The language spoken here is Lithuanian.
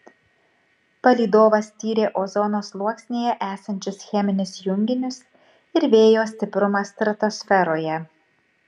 palydovas tyrė ozono sluoksnyje esančius cheminius junginius ir vėjo stiprumą stratosferoje